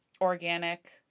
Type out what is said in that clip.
organic